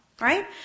right